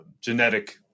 genetic